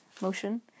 motion